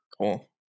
Cool